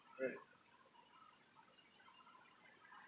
uh